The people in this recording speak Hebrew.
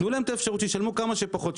תנו להם את האפשרות שישלמו כמה שפחות,